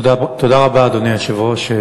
תודה רבה, אדוני היושב-ראש.